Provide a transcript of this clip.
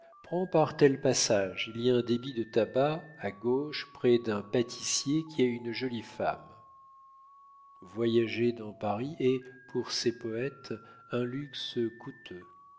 prends par tel passage il y a un débit de tabac à gauche près d'un pâtissier qui a une jolie femme voyager dans paris est pour ces poètes un luxe coûteux